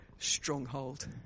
Stronghold